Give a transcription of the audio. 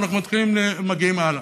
ואנחנו מגיעים הלאה.